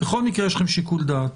בכל מקרה יש לכם שיקול דעת.